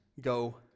go